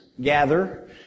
gather